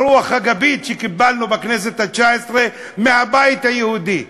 הרוח הגבית שקיבלנו בכנסת התשע-עשרה מהבית היהודי,